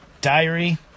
diary